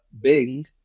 Bing